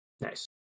Nice